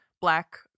black